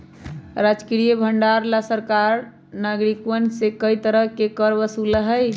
राजकीय भंडार ला सरकार नागरिकवन से कई तरह के कर वसूला हई